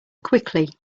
quickly